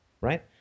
right